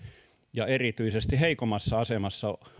ja erityisesti heikommassa asemassa